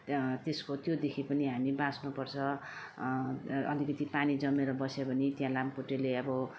त्यहाँ त्यसको त्योदेखि पनि हामी बाच्नु पर्छ अलिकति पानी जमेर बस्यो भने त्यहाँ लामखुट्टेले अब